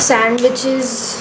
sandwiches